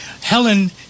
Helen